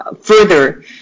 further